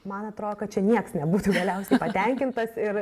man atrodo kad čia niekas nebūtų galiausiai patenkintas ir